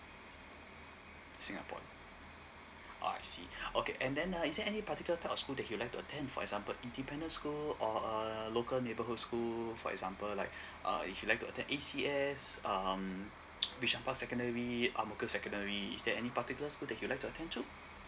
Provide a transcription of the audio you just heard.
singapore oh I see okay and then uh is there any particular type of school that he'd like to attend for example independent school or uh local neighborhood school for example like uh if he like to attend E_C_S um which ampang secondary ang mo kio secondary is there any particular school he's like to attend to